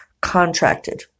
contracted